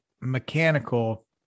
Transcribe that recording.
mechanical